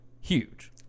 huge